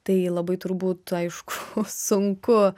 tai labai turbūt aišku sunku